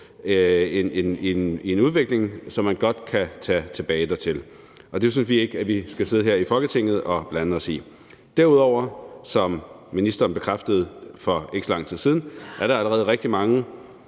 i en udvikling, så man godt kan tage tilbage dertil, og det synes vi ikke at vi skal sidde her i Folketinget og blande os i. Derudover, som ministeren bekræftede for ikke så lang tid siden, er der allerede rigtig mange